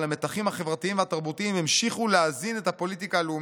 אבל המתחים החברתיים והתרבותיים המשיכו להזין את הפוליטיקה הלאומית.